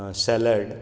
salad